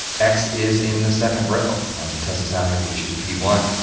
x is in the second row. now we can test this out here, we choose p one,